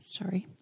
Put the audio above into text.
sorry